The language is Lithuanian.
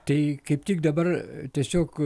tai kaip tik dabar tiesiog